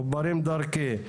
מחוברים דרכי.